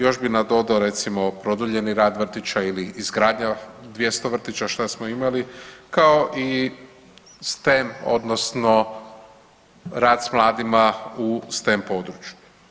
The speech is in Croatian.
Još bi nadodao produljeni rad vrtića ili izgradnja 200 vrtića šta smo imali kao i STEM odnosno rad s mladima u STEM području.